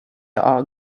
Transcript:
are